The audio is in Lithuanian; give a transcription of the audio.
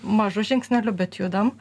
mažu žingsneliu bet judam